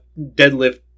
deadlift